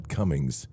Cummings